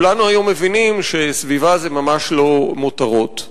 היום כולנו מבינים שסביבה זה ממש לא מותרות,